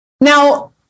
Now